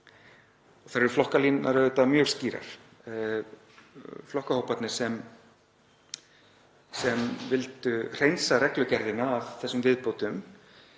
Þar eru flokkalínurnar mjög skýrar. Flokkahóparnir sem vildu hreinsa reglugerðina af þessum viðbótum